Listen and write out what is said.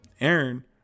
Aaron